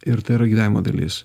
ir tai yra gyvenimo dalis